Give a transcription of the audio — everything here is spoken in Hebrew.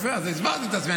יפה, אז הסברתי את עצמי.